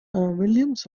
williams